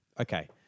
okay